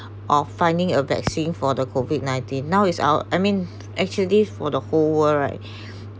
or finding a vaccine for the COVID nineteen now is out I mean actually for the whole world right